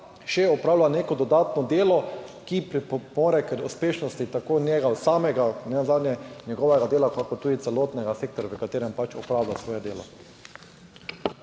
še opravlja neko dodatno delo, ki pripomore k uspešnosti tako njega samega, nenazadnje njegovega dela, kakor tudi celotnega sektorja, v katerem opravlja svoje delo.